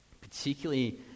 Particularly